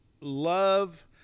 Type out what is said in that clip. love